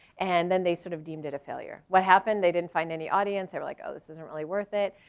and then they sort of deemed it a failure. what happened? they didn't find any audience are like, ah this isn't really worth it.